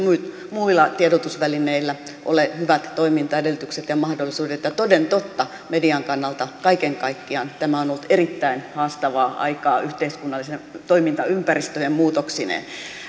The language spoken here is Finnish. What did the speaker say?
muilla tiedotusvälineillä ole hyvät toimintaedellytykset ja mahdollisuudet toden totta median kannalta kaiken kaikkiaan tämä on on ollut erittäin haastavaa aikaa yhteiskunnallisten toimintaympäristöjen muutoksineen